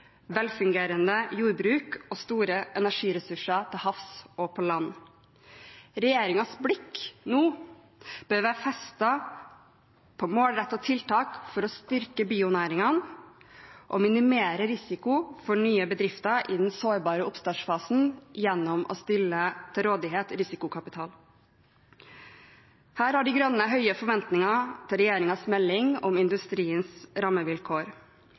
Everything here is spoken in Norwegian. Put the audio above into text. velfungerende jordbruk og store energiressurser til havs og på land. Regjeringens blikk bør nå være festet på målrettede tiltak for å styrke bionæringene og minimere risikoen for nye bedrifter i den sårbare oppstartsfasen gjennom å stille til rådighet risikokapital. Her har De Grønne høye forventninger til regjeringens melding om industriens rammevilkår.